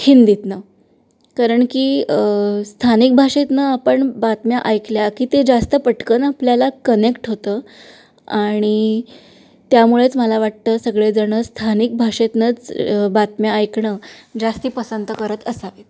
हिंदीतनं कारण की स्थानिक भाषेतनं आपण बातम्या ऐकल्या की ते जास्त पटकन आपल्याला कनेक्ट होतं आणि त्यामुळेच मला वाटतं सगळेजणं स्थानिक भाषेतनंच बातम्या ऐकणं जास्ती पसंत करत असावेत